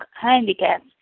handicaps